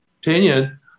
opinion